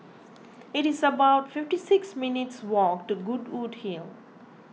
it is about fifty six minutes' walk to Goodwood Hill